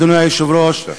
אדוני היושב-ראש,